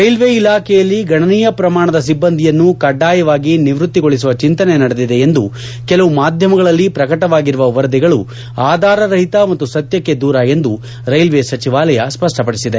railway ಇಲಾಖೆಯಲ್ಲಿ ಗಣನೀಯ ಪ್ರಮಾಣದ ಸಿಬ್ಬಂದಿಯನ್ನು ಕಡ್ಡಾಯವಾಗಿ ನಿವೃತ್ತಿಗೊಳಿಸುವ ಚಿಂತನೆ ನಡೆದಿದೆ ಎಂದು ಕೆಲವು ಮಾಧ್ಯಮಗಳಲ್ಲಿ ಪ್ರಕಟವಾಗಿರುವ ವರದಿಗಳು ಆಧಾರರಹಿತ ಮತ್ತು ಸತ್ಯಕ್ಕೆ ದೂರ ಎಂದು ರೈಲ್ವೆ ಸಚಿವಾಲಯ ಸ್ನಷ್ಟಪದಿಸಿದೆ